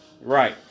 Right